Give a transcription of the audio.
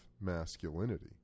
masculinity